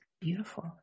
beautiful